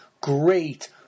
great